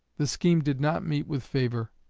the scheme did not meet with favor,